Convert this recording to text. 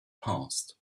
passed